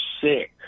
sick